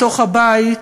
בתוך הבית,